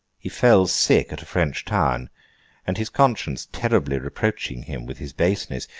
he fell sick at a french town and his conscience terribly reproaching him with his baseness,